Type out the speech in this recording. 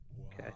Okay